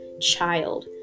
child